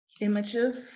images